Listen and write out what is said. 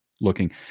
looking